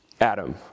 Adam